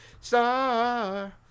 star